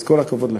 אז כל הכבוד לך.